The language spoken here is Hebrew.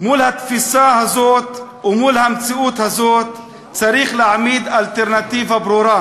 מול התפיסה הזאת ומול המציאות הזאת צריך להעמיד אלטרנטיבה ברורה.